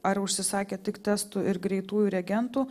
ar užsisakė tik testų ir greitųjų reagentų